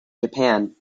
japan